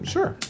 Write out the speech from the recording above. Sure